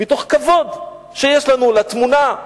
מתוך כבוד שיש לנו לתמונה,